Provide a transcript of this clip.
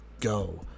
go